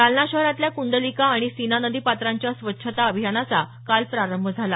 जालना शहरातल्या कुंडलिका आणि सीना नदी पात्रांच्या स्वच्छता अभियानाचा काल प्रारंभ झाला